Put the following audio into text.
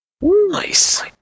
Nice